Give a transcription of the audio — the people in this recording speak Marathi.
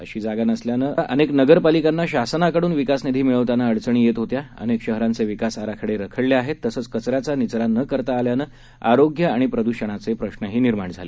अशीजागानसल्यानं अनेकनगरपालिकांच्याशासनाकडूनविकासनिधीमिळवतानाअडचणीयेतहोत्या अनेकशहरांचेविकासआराखडेरखडलेआहेततसंचकचऱ्याचानिचरानकरताआल्यानंआरोग्यआणिप्रद्षणाचेप्रश्रहीनिर्माणझाले